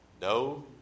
No